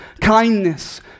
kindness